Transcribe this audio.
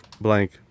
blank